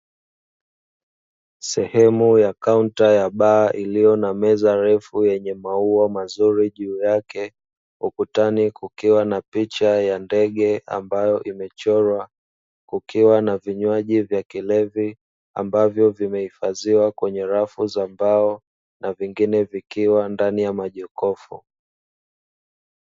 Sehemu ya kaunta ya baa iliyo na meza refu yenye maua mazuri juu yake ukutani kukiwa na picha ya ndege ambayo imechorwa kukiwa na vinywaji vya kilevi ambavyo vimehifadhiwa kwenye rafu za mbao, na vingine vikiwa ndani ya majokofu.